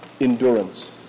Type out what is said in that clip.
endurance